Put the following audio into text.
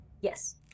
Yes